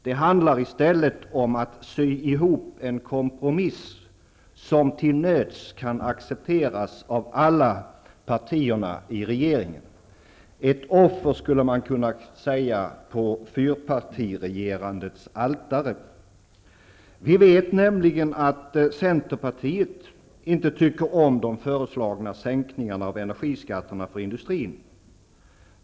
Det handlar i stället om att sy ihop en kompromiss som till nöds kan accepteras av alla partierna i regeringen -- man skulle kunna kalla det ett offer på fyrpartiregerandets altare. Vi vet att Centerpartiet inte tycker om de föreslagna sänkningarna av energiskatterna för industrin.